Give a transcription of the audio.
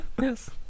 yes